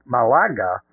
Malaga